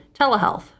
telehealth